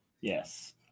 yes